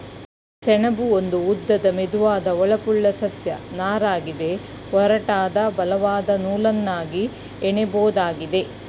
ಸೆಣಬು ಒಂದು ಉದ್ದದ ಮೆದುವಾದ ಹೊಳಪುಳ್ಳ ಸಸ್ಯ ನಾರಗಿದೆ ಒರಟಾದ ಬಲವಾದ ನೂಲನ್ನಾಗಿ ಹೆಣಿಬೋದಾಗಿದೆ